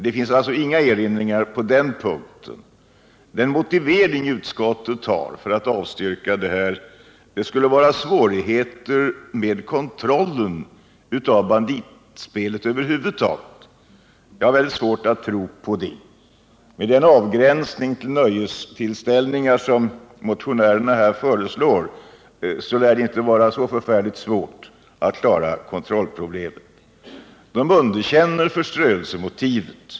Det görs alltså inga erinringar på den punkten. Den motivering utskottet har för att avstyrka vårt förslag skulle vara svårigheter med kontrollen av banditspelet över huvud taget. Jag har mycket svårt att tro på denna motivering. Med den avgränsning till nöjestillställningar som vi motionärer föreslår lär det inte vara så särskilt svårt att klara kontrollproblemet. Vi underkänner förströelsemotivet.